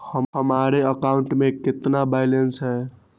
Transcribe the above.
हमारे अकाउंट में कितना बैलेंस है?